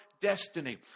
destiny